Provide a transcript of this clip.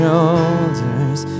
Shoulders